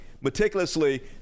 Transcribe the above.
meticulously